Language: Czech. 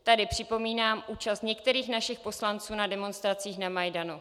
Tady připomínám účast některých našich poslanců na demonstracích na Majdanu.